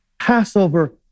Passover